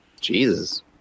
Jesus